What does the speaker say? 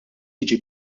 jiġi